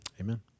Amen